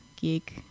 geek